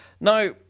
Now